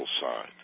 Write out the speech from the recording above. side